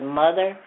mother